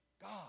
God